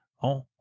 On